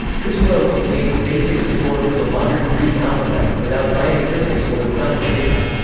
this row contains basic support for the modern greek alphabet, without diacritics or the final sigma.